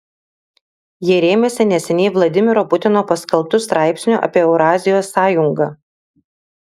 jie rėmėsi neseniai vladimiro putino paskelbtu straipsniu apie eurazijos sąjungą